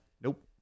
Nope